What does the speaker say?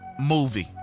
Movie